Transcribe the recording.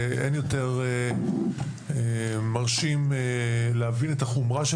ואין יותר מרשים להבין את החומרה של